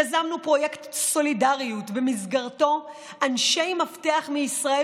יזמנו פרויקט סולידריות ובמסגרתו אנשי מפתח מישראל